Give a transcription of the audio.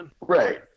Right